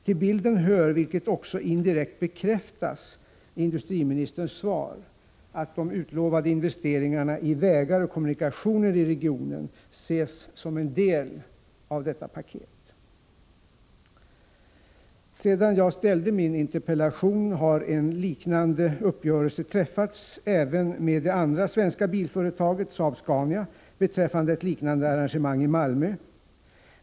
Till bilden hör — vilket också indirekt bekräftas i industriministerns svar —att de utlovade investeringarna i vägar och kommunikationer i regionen ses som en del av detta paket. Sedan jag ställde min interpellation har en liknande uppgörelse träffats även med det andra svenska bilföretaget, Saab-Scania, beträffande ett liknande arrangemang i Malmö.